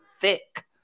thick